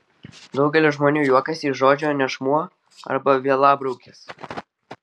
daugelis žmonių juokiasi iš žodžio nešmuo arba vielabraukis